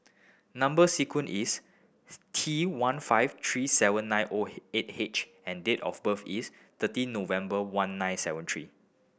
number sequence is T one five three seven nine O eight H and date of birth is thirty November one nine seven three